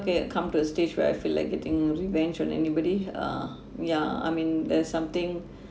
c~ come to a stage where I feel like getting revenge on anybody uh yeah I mean there is something